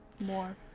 more